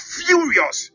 furious